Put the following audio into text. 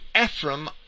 Ephraim